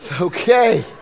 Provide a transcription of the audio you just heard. Okay